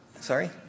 Sorry